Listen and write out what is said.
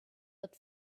but